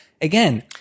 again